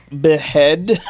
behead